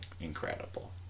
incredible